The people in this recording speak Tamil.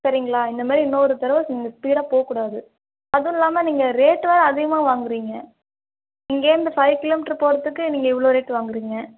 சரிங்களா இந்த மாதிரி இன்னொரு தடவை நீங்கள் ஸ்பீடாக போகக்கூடாது அதுவும் இல்லாமல் நீங்கள் ரேட் வேறு அதிகமாக வாங்குறிங்க இங்கேருந்து ஃபைவ் கிலோமீட்டர் போகறதுக்கு நீங்கள் இவ்வளோ ரேட் வாங்குறீங்க